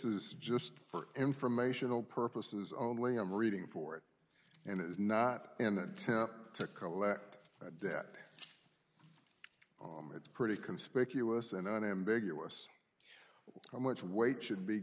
is just for informational purposes only i'm reading for it and it is not an attempt to collect a debt it's pretty conspicuous and unambiguous well how much weight should be